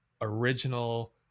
original